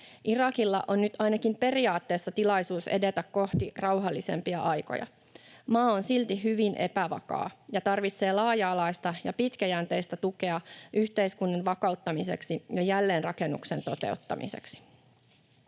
Irakilla on nyt ainakin periaatteessa tilaisuus edetä kohti rauhallisempia aikoja. Maa on silti hyvin epävakaa ja tarvitsee laaja-alaista ja pitkäjänteistä tukea yhteiskunnan vakauttamiseksi ja jälleenrakennuksen toteuttamiseksi.